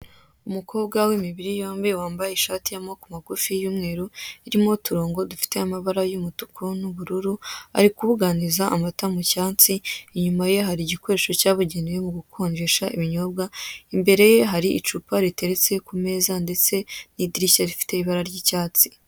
Umukobwa w'imibiri yombi, wambaye ishati y'amaboko magufi y'umweru, irimo uturongo dufite amabara y'umutuku n'ubururu, ari kubuganiza amata mu cyansi, inyuma ye hari igikoresho cyabugenewe mu gukonjesha ibinyobwa, imbere ye hari icupa riteretse ku meza ndetse n'idirishya rifite ibara ry'icyatsi.